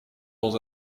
dans